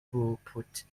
throughput